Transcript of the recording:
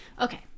Okay